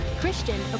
Christian